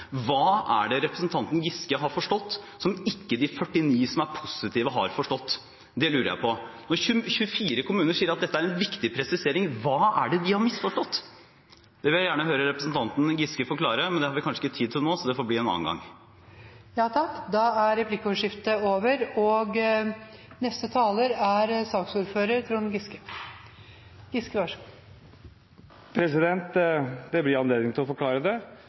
hva det er han er opphisset over – har forstått som ikke de 49 som er positive, har forstått? Det lurer jeg på. Når 24 kommuner sier at dette er en viktig presisering, hva er det de har misforstått? Det vil jeg gjerne høre representanten Giske forklare, men det har vi kanskje ikke tid til nå, så det får bli en annen gang. Da er replikkordskiftet over. De talere som heretter får ordet, har en taletid på inntil 3 minutter. Det blir anledning til å forklare det.